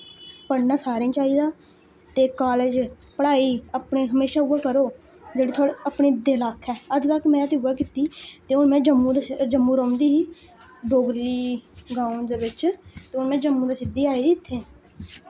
पढ़ना सारें गी चाहिदा ते कालेज पढ़ाई अपने हमेशा उ'ऐ करो जेह्ड़ी थुआड़े अपने दिल आक्खे अज्ज तक में ते उ'ऐ कीती ते हून में जम्मू जम्मू रौंह्दी ही डोगरी गाओं दे बिच्च ते हून में जम्मू दा सिद्धी आई इत्थै